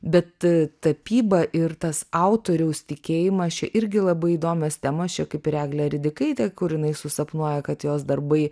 bet tapyba ir tas autoriaus tikėjimas čia irgi labai įdomios temos čia kaip ir eglė ridikaitė kur jinai susapnuoja kad jos darbai